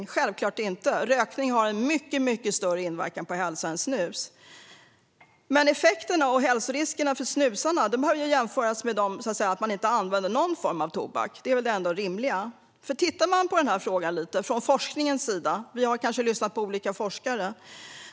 Det är självklart eftersom rökning har en mycket större inverkan på hälsan än vad snus har. Men effekterna och hälsoriskerna för snusarna bör jämföras med dem som inte alls använder någon form av tobak. Det är det rimliga. Man kan se på frågan från forskningens sida, och vi har kanske lyssnat på olika forskare.